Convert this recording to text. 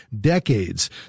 decades